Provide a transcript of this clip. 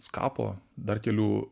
skapo dar kelių